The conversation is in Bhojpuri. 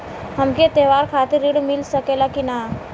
हमके त्योहार खातिर त्रण मिल सकला कि ना?